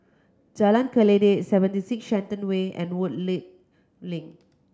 Jalan Kledek Seventy Six Shenton Way and Woodleigh Link